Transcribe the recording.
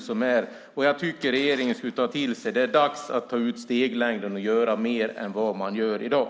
Jag tycker att regeringen skulle ta till sig det. Det är dags att ta ut steglängden och göra mer än vad man gör i dag.